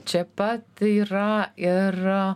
čia pat yra ir